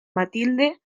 matilde